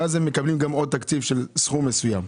ואז הם מקבלים עוד סכום מסוים.